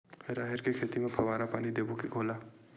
राहेर के खेती म फवारा पानी देबो के घोला?